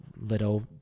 little